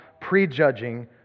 prejudging